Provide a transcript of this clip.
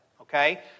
Okay